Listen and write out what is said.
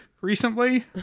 recently